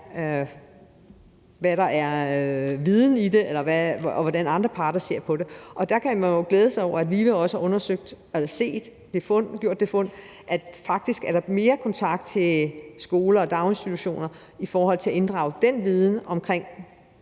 hvad for en viden der er, og hvordan andre parter ser på det. Der kan man jo også glæde sig over, at VIVE har gjort det fund, at der faktisk er mere kontakt til skoler og daginstitutioner i forhold til at inddrage den viden omkring